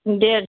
डेढ़